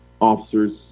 officers